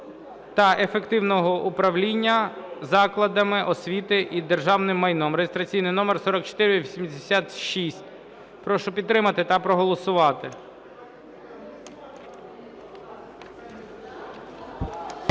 та ефективного управління закладами освіти і державним майном (реєстраційний номер 4486). Прошу підтримати та проголосувати.